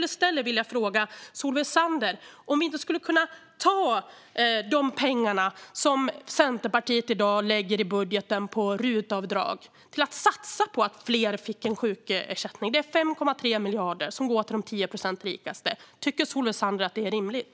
Jag skulle vilja fråga Solveig Zander om vi inte skulle kunna ta de pengar som Centerpartiet i dag lägger i budgeten på RUT-avdrag till att i stället satsa på att fler får sjukersättning. Det är 5,3 miljarder som går till de 10 procenten rikaste. Tycker Solveig Zander att det är rimligt?